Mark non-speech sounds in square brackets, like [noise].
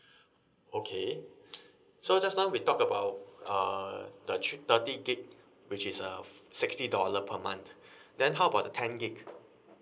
[breath] okay [breath] so just now we talk about uh the thre~ thirty gigabyte which is uh sixty dollar per month [breath] then how about the ten gigabyte